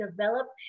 develop